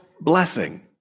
blessing